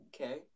Okay